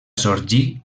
sorgí